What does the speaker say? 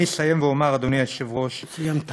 אני אסיים ואומר, אדוני היושב-ראש, סיימת.